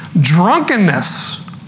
drunkenness